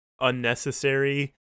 unnecessary